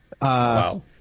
Wow